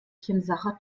sacher